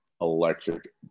electric